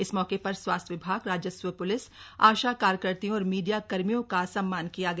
इस मौके पर स्वास्थ्य विभाग राजस्व प्लिस आशा कार्यकर्तियों और मीडिया कर्मियों का सम्मान किया गया